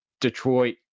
Detroit